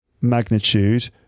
magnitude